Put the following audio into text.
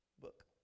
book